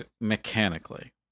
mechanically